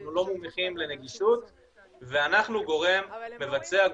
אנחנו לא מומחים לנגישות ואנחנו גורם מבצע,